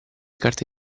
carte